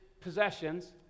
possessions